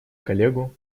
коллегу